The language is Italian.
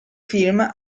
film